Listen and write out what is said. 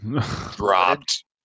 dropped